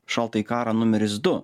šaltąjį karą numeris du